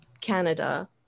Canada